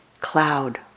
cloud